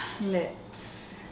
lips